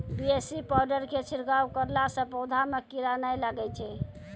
BAC powder के छिड़काव करला से पौधा मे कीड़ा नैय लागै छै?